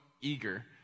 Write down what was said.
eager